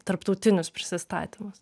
tarptautinius prisistatymus